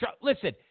Listen